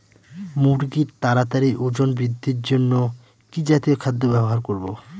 মুরগীর তাড়াতাড়ি ওজন বৃদ্ধির জন্য কি জাতীয় খাদ্য ব্যবহার করব?